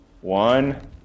one